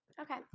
Okay